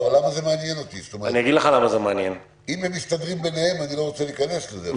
אם הם מסתדרים ביניהם, אני לא רוצה להיכנס לזה.